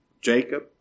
Jacob